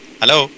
Hello